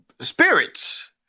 spirits